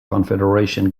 confederation